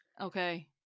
Okay